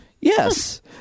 Yes